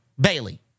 Bailey